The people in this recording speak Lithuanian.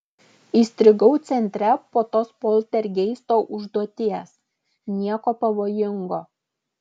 įstrigau centre po tos poltergeisto užduoties nieko pavojingo